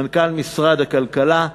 מנכ"ל משרד הכלכלה.